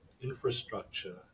infrastructure